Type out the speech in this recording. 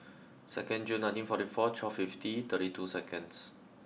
second June nineteen forty four twelve fifty thirty two seconds